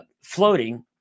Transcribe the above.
floating